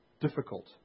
difficult